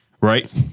right